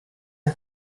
the